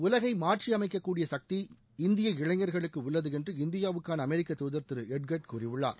உலகை மாற்றியமைக்கக்கூடிய சக்தி இந்திய இளைஞர்களுக்கு உள்ளது என்று இந்தியாவுக்கான அமெரிக்க தூதர் திரு எட்கர்டு கூறியுள்ளார்